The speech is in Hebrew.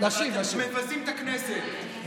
אתם מבזים את הכנסת.